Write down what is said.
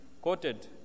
quoted